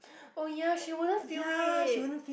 oh ya she wouldn't feel it